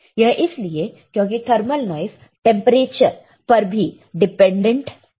यह इसलिए क्योंकि थर्मल नॉइस टेंपरेचर पर भी डिपेंडेंट है